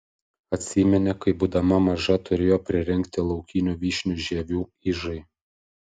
atsiminė kai būdama maža turėjo pririnkti laukinių vyšnių žievių ižai